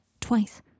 twice